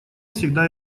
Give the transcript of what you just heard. всегда